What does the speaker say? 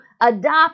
adopt